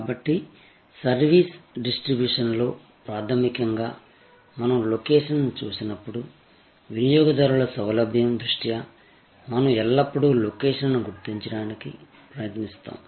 కాబట్టి సర్వీసు డిస్ట్రిబ్యూషన్లో ప్రాథమికంగా మనం లొకేషన్ని చూసినప్పుడు వినియోగదారుల సౌలభ్యం దృష్ట్యా మనం ఎల్లప్పుడూ లొకేషన్ను గుర్తించడానికి ప్రయత్నిస్తాము